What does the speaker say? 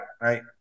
right